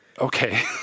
Okay